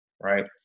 right